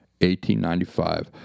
1895